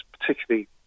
particularly